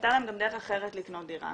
שהייתה להם גם דרך אחרת לקנות דירה